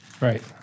Right